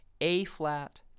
A-flat